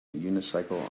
unicycle